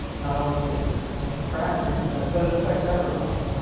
not only is it, you know, tragic, but but it affects everybody.